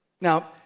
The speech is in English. Now